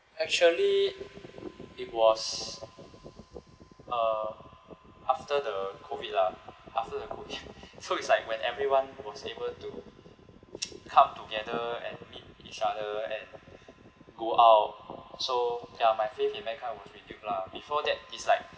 actually it was uh after the COVID lah after the COVID so it's like when everyone was able to come together and meet each other and go out so ya my faith in mankind was renewed lah before that is like